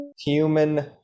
human